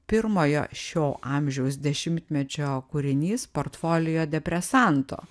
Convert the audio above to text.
pirmojo šio amžiaus dešimtmečio kūrinys portfolio depresanto